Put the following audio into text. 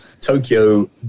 Tokyo